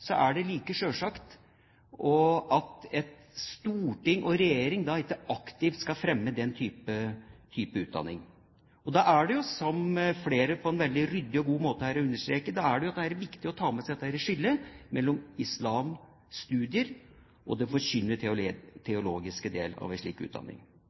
så er det like selvsagt at storting og regjering ikke aktivt skal fremme den type utdanning. Da er det, som flere på en ryddig og god måte her har understreket, viktig å ta med seg skillet mellom islamstudier og den forkynnende teologiske delen av en slik utdanning. Så er jeg litt overrasket over at liberaleren Trine Skei Grande synes det er uheldig at saksordføreren og